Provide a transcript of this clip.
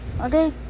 Okay